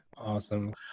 awesome